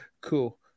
cool